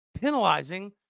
penalizing